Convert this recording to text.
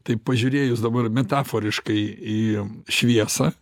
taip pažiūrėjus dabar metaforiškai į šviesą